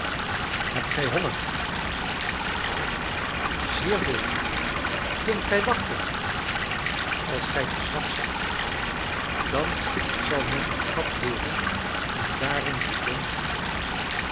hebt gij honger ja zeer veel kunt gij wachten als gij te zwak zijt dan zal men een gat boren en daarin bouillon gieten